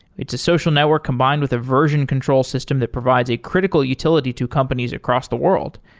it's a social network combined with a version control system that provides a critical utility to companies across the world,